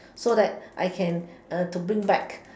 so that I can uh to bring back